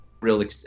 real